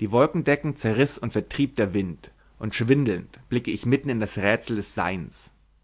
die wolkendecken zerriß und vertrieb der wind und schwindelnd blicke ich mitten in das rätsel des seins